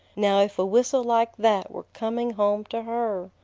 now if a whistle like that were coming home to her!